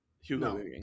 Hugo